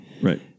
Right